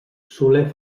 soler